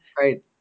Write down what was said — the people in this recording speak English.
Right